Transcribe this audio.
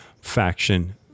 faction